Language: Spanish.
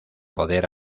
poder